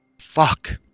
Fuck